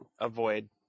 avoid